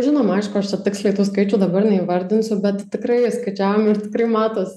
žinoma aišku aš čia tiksliai tų skaičių dabar neįvardinsiu bet tikrai skaičiavom ir tikrai matos